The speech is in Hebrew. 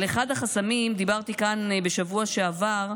על אחד החסמים דיברתי כאן בשבוע שעבר,